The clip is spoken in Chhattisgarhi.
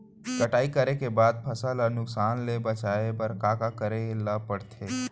कटाई करे के बाद फसल ल नुकसान ले बचाये बर का का करे ल पड़थे?